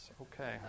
Okay